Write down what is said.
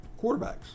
quarterbacks